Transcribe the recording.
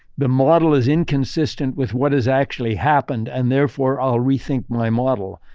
the model is inconsistent with what has actually happened and therefore, i'll rethink my model.